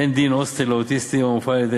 אין דין הוסטל לאוטיסטים המופעל על-ידי